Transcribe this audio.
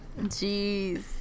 Jeez